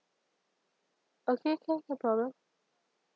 okay no no problem